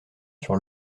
sur